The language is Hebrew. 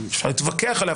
אפשר להתווכח עליה,